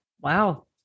Wow